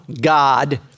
God